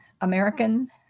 American